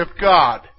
God